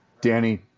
Danny